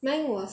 mine was